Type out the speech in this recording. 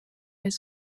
his